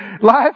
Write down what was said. Life